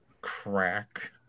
Crack